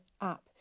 app